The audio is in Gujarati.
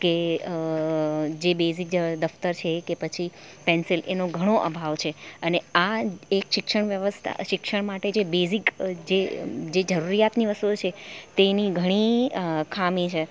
કે જે બેઝિક જે હોય દફતર છે કે પછી પેન્સિલ એનો ઘણો અભાવ છે અને આ એક શિક્ષણ વ્યવસ્થા શિક્ષણ માટે જે બેઝિક જે જરૂરિયાતની વસ્તુઓ છે તેની ઘણી ખામી છે